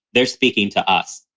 they're speaking to us,